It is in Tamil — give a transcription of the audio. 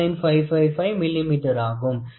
89555 மில்லிமீட்டராகும்